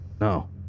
No